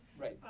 Right